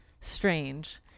strange